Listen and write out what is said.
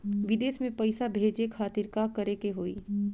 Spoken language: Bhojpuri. विदेश मे पैसा भेजे खातिर का करे के होयी?